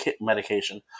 medication